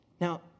Now